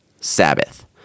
Sabbath